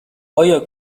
آیا